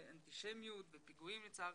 אנטישמיות, פיגועים וכולו.